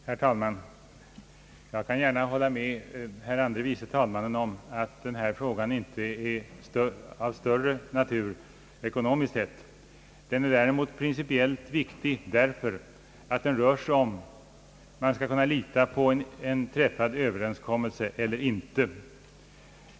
Herr talman! Jag kan gärna hålla med herr andre vice talmannen om att denna fråga inte är så omfattande ekonomiskt sett. Däremot är den principiellt viktig, eftersom det rör sig om huruvida man skall kunna lita på en träffad överenskommelse eller inte.